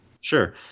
Sure